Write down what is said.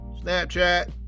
Snapchat